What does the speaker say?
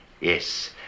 Yes